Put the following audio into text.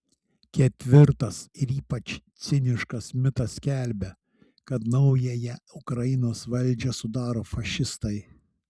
ketvirtas ir ypač ciniškas mitas skelbia kad naująją ukrainos valdžią sudaro fašistai